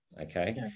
Okay